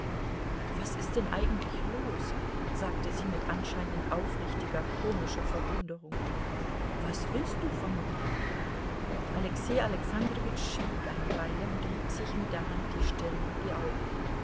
was ist denn eigentlich los sagte sie mit anscheinend aufrichtiger komischer verwunderung was willst du von mir alexei alexandrowitsch schwieg eine weile und rieb sich mit der hand die stirn und die augen